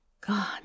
God